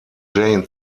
jane